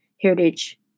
Heritage